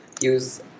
use